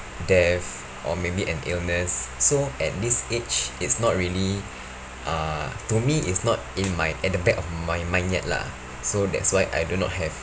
death or maybe an illness so at this age it's not really uh to me it's not in my at the back of my mind yet lah so that's why I do not have